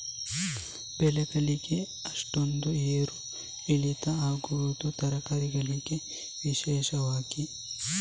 ಬೆಳೆ ಯಾಕೆ ಅಷ್ಟೊಂದು ಏರು ಇಳಿತ ಆಗುವುದು, ತರಕಾರಿ ಗಳಿಗೆ ವಿಶೇಷವಾಗಿ?